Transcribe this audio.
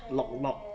lok lok